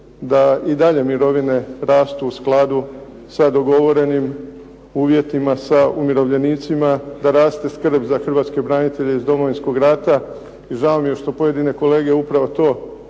da i dalje mirovine rastu u skladu sa dogovorenim uvjetima sa umirovljenicima, da raste skrb za hrvatske branitelje iz Domovinskog rata. I žao mi je što pojedine kolege upravo to